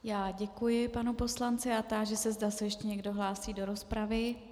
Já děkuji panu poslanci a táži se, zda se ještě někdo hlásí do rozpravy.